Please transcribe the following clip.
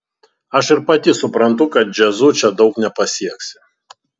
aš ir pati suprantu kad džiazu čia daug nepasieksi